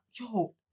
yo